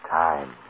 time